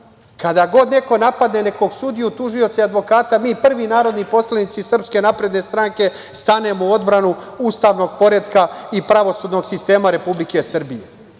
Kada god neko napadne nekog sudiju, tužioca i advokata, mi prvi, narodni poslanici SNS, stanemo u odbranu ustavnog poretka i pravosudnog sistema Republike Srbije.